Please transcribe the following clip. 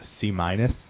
C-minus